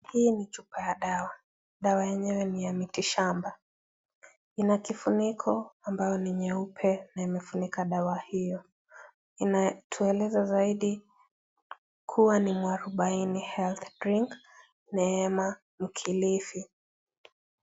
Hii ni chupa ya dawa, dawa yenyewe ni ya miti shamba. Ina kifuniko ambayo ni nyeupe na inafunika dawa hiyo. Inayoeleza zaidi kuwa ni mwarubaini Health drink Neema mkilifi.